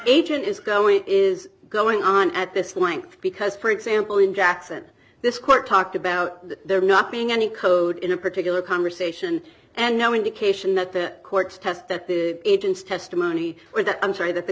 agent is going is going on at this length because for example in jackson this court talked about there not being any code in a particular conversation and no indication that the court's test the agents testimony or that i'm sorry that the